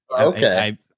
Okay